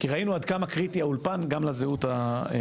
כי ראינו עד כמה קריטי האולפן גם לזהות היהודית.